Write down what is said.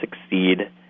succeed